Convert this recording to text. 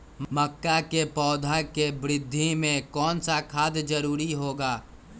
मक्का के पौधा के वृद्धि में कौन सा खाद जरूरी होगा?